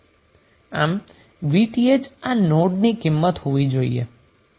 આમ VTh આ નોડની કિંમત હોવી જોઈએ